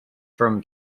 from